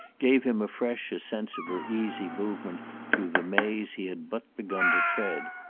gave him afresh a sense of her easy movement through the maze he had but begun to tread.